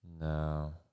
No